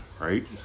right